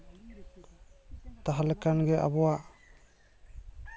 ᱛᱟᱦᱞᱮᱠᱷᱟᱱ ᱜᱮ ᱟᱵᱚᱣᱟᱜ